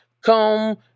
come